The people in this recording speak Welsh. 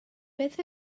beth